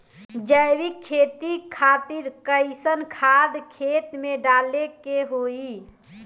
जैविक खेती खातिर कैसन खाद खेत मे डाले के होई?